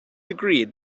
agreed